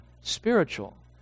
spiritual